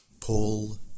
Paul